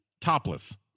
Topless